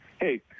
hey